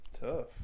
tough